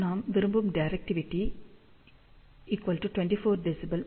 நாம் விரும்பும் directivity 24 dBi